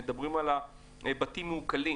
הרבה פעמים מדברים על בתים מעוקלים,